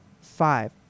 five